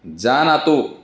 जानातु